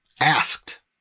asked